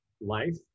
life